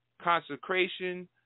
consecration